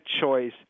choice